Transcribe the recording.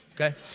okay